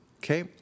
okay